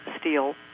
steel